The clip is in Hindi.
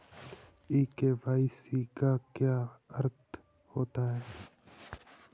ई के.वाई.सी का क्या अर्थ होता है?